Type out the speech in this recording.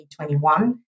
2021